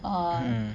mmhmm